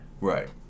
Right